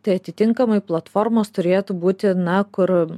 tai atitinkamai platformos turėtų būti na kur